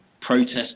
protest